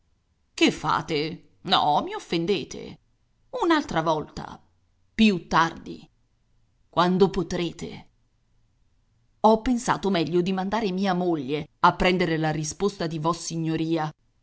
che fate o i offendete un'altra volta più tardi quando potrete ho pensato meglio di mandare mia moglie a prendere la risposta di vossignoria